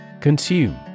Consume